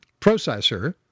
processor